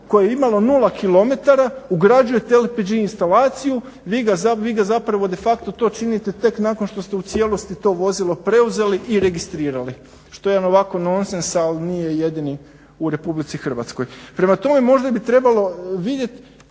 koje imalo nula kilometara ugrađujete LIG instalaciju vi ga zapravo to de facto činite tek nakon što ste u cijelosti to vozilo preuzeli i registrirali, što je ovako nonsens ali nije jedini u RH. Prema tome možda bi trebalo vidjeti